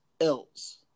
else